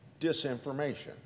disinformation